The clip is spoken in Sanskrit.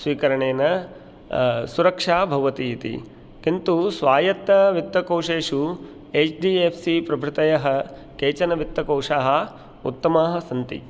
स्वीकरणेन सुरक्षा भवति इति किन्तु स्वायत्तवित्तकोशेषु एच् डी एफ् सी प्रभृतयः केचन वित्तकोशाः उत्तमाः सन्ति